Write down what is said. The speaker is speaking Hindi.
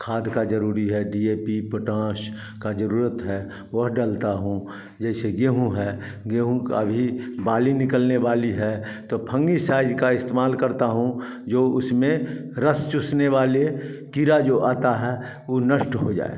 खाद का ज़रूरी है डी ए पी पोटांस का ज़रूरत है वह डलता हूँ जैसे गेहूँ है गेहूँ का भी बाली निकलने वाली है तो फंगीसाइड का इस्तेमाल करता हूँ जो उसमें रस चूसने वाले कीड़ा जो आता है उ नष्ट हो जाए